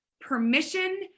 permission